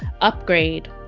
Upgrade